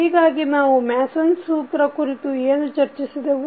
ಹೀಗಾಗಿ ನಾವು ಮ್ಯಾಸನ್ ಸೂತ್ರ Mason's rule ಕುರಿತು ಏನು ಚರ್ಚಿಸಿದೆವು